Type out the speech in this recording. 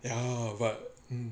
ya but mm